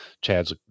Chad's